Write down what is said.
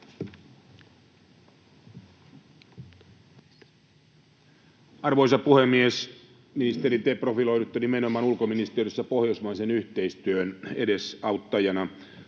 Arvoisa puhemies! Ministeri, te profiloidutte nimenomaan ulkoministeriössä pohjoismaisen yhteistyön edesauttajana.